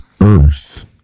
earth